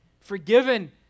forgiven